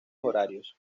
horarios